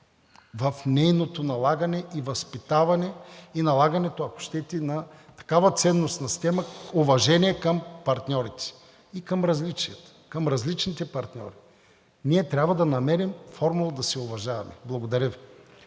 в нейното налагане и възпитаване, и налагането, ако щете, на такава ценностна система – уважение към партньорите и към различията, към различните партньори. Ние трябва да намерим формула да се уважаваме. Благодаря Ви.